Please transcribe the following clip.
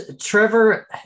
Trevor